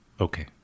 okay